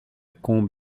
combe